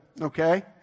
Okay